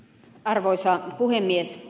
arvoisa puhemies